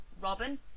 Robin